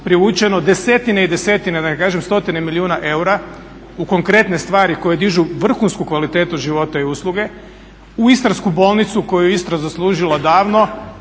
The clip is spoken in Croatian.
privučeno desetine i desetine da ne kažem stotine milijuna eura u konkretne stvari koje dižu vrhunsku kvalitetu života i usluge u Istarsku bolnicu koju je Istra zaslužila davno